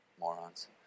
morons